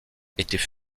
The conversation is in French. étaient